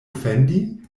ofendi